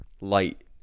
light